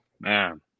Man